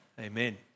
amen